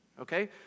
Okay